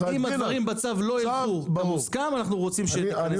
אם הדברים בצו לא ילכו במוסכם אנחנו רוצים שתכנס ועדה.